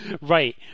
Right